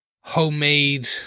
homemade